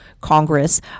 Congress